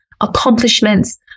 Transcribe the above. accomplishments